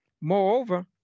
Moreover